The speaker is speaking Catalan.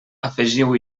afegiu